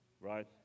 right